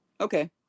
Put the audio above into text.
okay